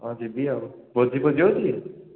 ହଁ ଯିବି ଆଉ ଭୋଜି ଫୋଜି ହଉଛି